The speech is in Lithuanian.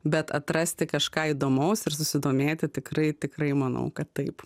bet atrasti kažką įdomaus ir susidomėti tikrai tikrai manau kad taip